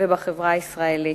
ובחברה הישראלית.